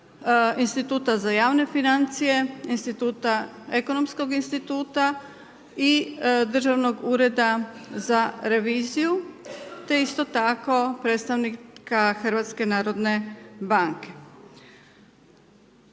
Instituta za javne financije, Instituta ekonomskog i Državnog ureda za reviziju te isto tako predstavnika Hrvatske narodne banke.